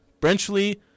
Brenchley